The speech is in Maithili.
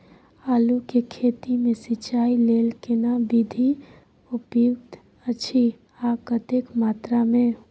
आलू के खेती मे सिंचाई लेल केना विधी उपयुक्त अछि आ कतेक मात्रा मे?